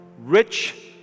rich